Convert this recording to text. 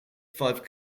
five